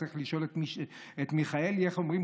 צריך לשאול את מיכאלי איך אומרים,